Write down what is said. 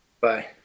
Bye